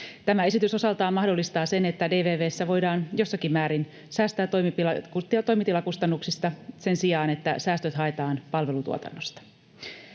Tämä esitys osaltaan mahdollistaa sen, että DVV:ssä voidaan jossakin määrin säästää toimitilakustannuksista sen sijaan, että säästöt haetaan palvelutuotannosta.